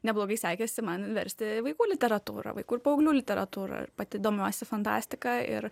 neblogai sekėsi man versti vaikų literatūrą vaikų ir paauglių literatūrą ir pati domiuosi fantastika ir